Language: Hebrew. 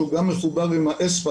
שהוא גם מחובר עם ה-SPAD,